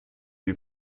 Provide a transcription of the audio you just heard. den